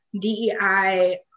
DEI